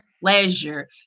pleasure